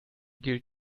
gilt